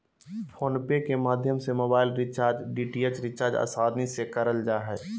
phone पे के माध्यम से मोबाइल रिचार्ज, डी.टी.एच रिचार्ज आसानी से करल जा हय